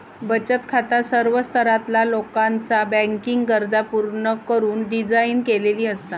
बचत खाता सर्व स्तरातला लोकाचा बँकिंग गरजा पूर्ण करुक डिझाइन केलेली असता